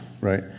right